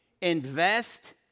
invest